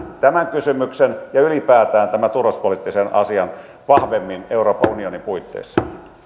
tämän kysymyksen ja ylipäätään tämän turvallisuuspoliittisen asian vahvemmin euroopan unionin puitteissa